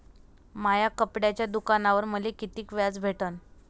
माया कपड्याच्या दुकानावर मले कितीक व्याज भेटन?